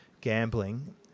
gambling –